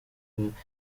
urubuga